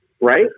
right